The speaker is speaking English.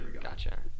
Gotcha